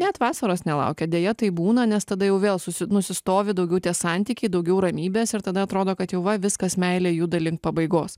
net vasaros nelaukia deja taip būna nes tada jau vėl susi nusistovi daugiau tie santykiai daugiau ramybės ir tada atrodo kad jau va viskas meilė juda link pabaigos